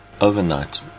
overnight